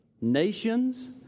nations